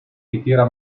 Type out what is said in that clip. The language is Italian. ritira